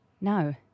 No